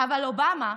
אבל אובמה,